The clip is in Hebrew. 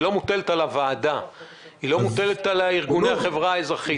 היא לא מוטלת על הוועדה וגם לא על ארגוני החברה האזרחית.